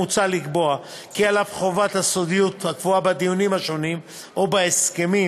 מוצע לקבוע כי על אף חובת הסודיות הקבועה בדינים שונים או בהסכמים,